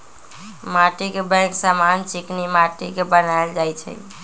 माटीके बैंक समान्य चीकनि माटि के बनायल जाइ छइ